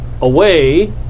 away